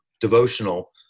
devotional